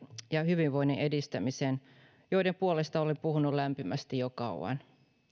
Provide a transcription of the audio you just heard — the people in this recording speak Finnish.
ja hyvinvoinnin edistämisen joiden puolesta olen puhunut lämpimästi jo kauan